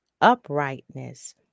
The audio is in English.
uprightness